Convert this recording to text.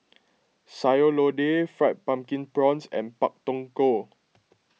Sayur Lodeh Fried Pumpkin Prawns and Pak Thong Ko